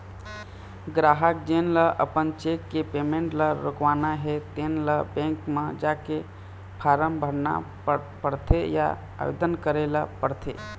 गराहक जेन ल अपन चेक के पेमेंट ल रोकवाना हे तेन ल बेंक म जाके फारम भरना परथे या आवेदन करे ल परथे